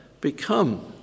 become